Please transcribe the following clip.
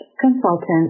consultant